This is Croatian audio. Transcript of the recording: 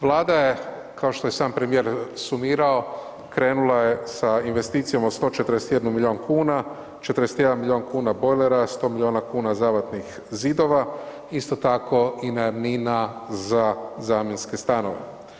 Vlada je kao što je i sam premijer sumirao, krenula je s investicijom od 141 milijun kuna, 41 milijun kuna bojlera, 100 milijuna kuna zabatnih zidova, isto tako i najamnina za zamjenske stanove.